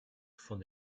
von